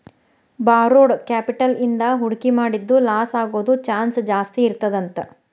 borrowed capital ಇಂದಾ ಹೂಡ್ಕಿ ಮಾಡಿದ್ದು ಲಾಸಾಗೊದ್ ಚಾನ್ಸ್ ಜಾಸ್ತೇಇರ್ತದಂತ